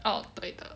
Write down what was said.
oh 对的